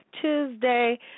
Tuesday